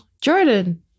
jordan